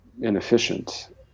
inefficient